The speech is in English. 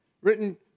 written